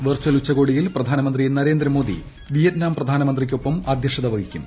virtual ഉച്ച്കോടിയിൽ പ്രധാനമന്ത്രി Narendra Modi Vietnam പ്രധാനമന്ത്രിയ്ക്കൊപ്പം അദ്ധ്യക്ഷത വഹിക്കും